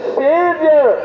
savior